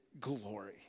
glory